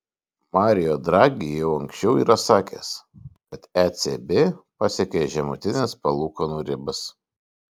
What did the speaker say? mario draghi jau anksčiau yra sakęs kad ecb pasiekė žemutines palūkanų ribas